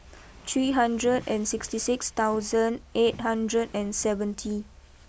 three hundred and sixty six thousand eight hundred and seventy